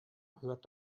hört